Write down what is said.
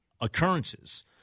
occurrences –